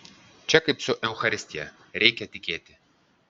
čia kaip su eucharistija reikia tikėti